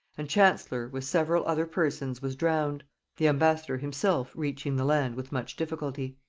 and chancellor with several other persons was drowned the ambassador himself reaching the land with much difficulty.